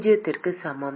பூஜ்ஜியத்திற்கு சமம்